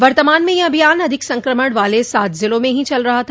वर्तमान में यह अभियान अधिक संक्रमण वाले सात जिलों में ही चल रहा है